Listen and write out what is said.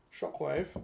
shockwave